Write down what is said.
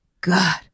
god